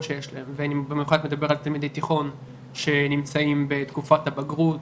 שיש להם ואני במיוחד מדבר על תלמידי תיכון שנמצאים בתקופת הבגרות,